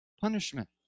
punishment